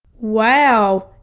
wow!